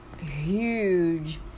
huge